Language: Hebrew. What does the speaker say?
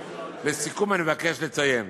לסיכום, אני מבקש לציין